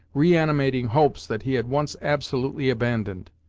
reanimating hopes that he had once absolutely abandoned.